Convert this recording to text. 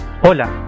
Hola